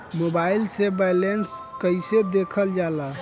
Mobile से balance कइसे देखल जाला?